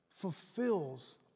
fulfills